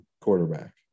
quarterback